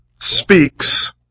speaks